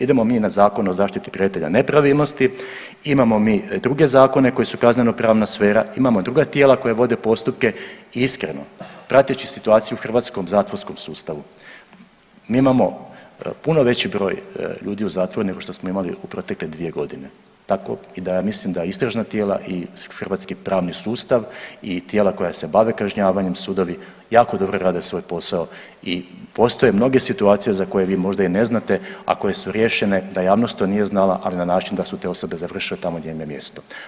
Idemo mi na Zakon o zaštiti prijavitelja nepravilnosti, imamo mi druge zakone koji su kaznenopravna sfera, imamo druga tijela koja vode postupke i iskreno prateći situaciju u hrvatskom zatvorskom sustavu, mi imamo puno veći broj u zatvoru nego što smo imali u protekle dvije godine, tako i da ja mislim da istražna tijela i hrvatski pravni sustav i tijela koja se bave kažnjavanjem sudovi jako dobro rade svoj posao i postoje mnoge situacije za koje vi možda i ne znate, a koje su riješene da javnost to nije znala, ali na način da su te osobe završile tamo gdje im je mjesto.